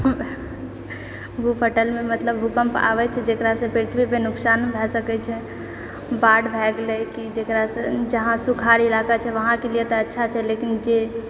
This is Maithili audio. भूपटलमे मतलब भूकम्प आबै छै जकरासँ पृथ्वी पर नुकसान भए सकै छै बाढ़ि भए गेलै कि जकरासँ जहाँ सुखारी राखै छै उहाँके लिए तऽ अच्छा छै लेकिन जे